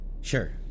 Sure